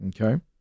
Okay